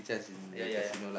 ya ya ya